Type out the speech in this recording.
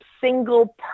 single